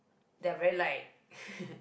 they're very like